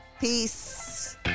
Peace